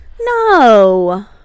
No